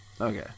Okay